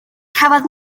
cafodd